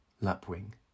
Lapwing